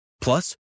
Plus